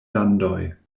landoj